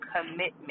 commitment